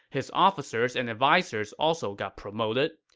his officers and advisers also got promoted.